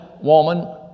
woman